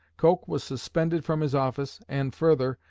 coke was suspended from his office, and, further,